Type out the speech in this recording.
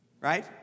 right